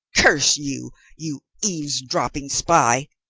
curse you, you eavesdropping spy.